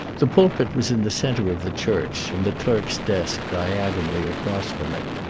the pulpit was in the centre of the church, and the clerk's desk diagonally across from it.